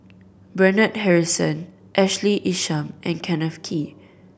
Bernard Harrison Ashley Isham and Kenneth Kee